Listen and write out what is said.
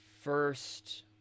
first